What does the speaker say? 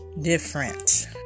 different